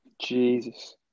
Jesus